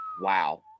Wow